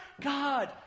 God